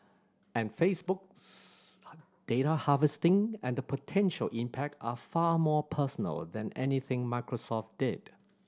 and Facebook's data harvesting and the potential impact are far more personal than anything Microsoft did